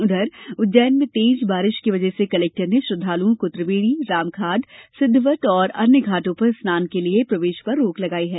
उधर उज्जैन में तेज बारिश की वजह से कलेक्टर ने श्रद्वालुओं को त्रिवेणी रामघाट सिद्धवट और अन्य घाटों पर स्नान के लिए प्रवेश पर रोक लगाई है